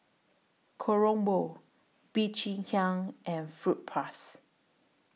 Kronenbourg Bee Cheng Hiang and Fruit Plus